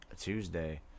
Tuesday